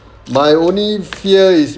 my only fear is